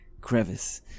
crevice